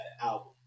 album